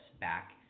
back